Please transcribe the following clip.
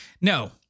No